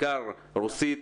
בעיקר רוסית,